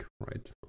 right